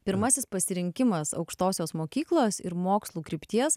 pirmasis pasirinkimas aukštosios mokyklos ir mokslų krypties